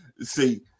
See